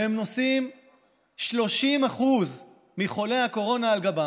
והם נושאים 30% מחולי הקורונה על גבם.